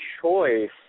choice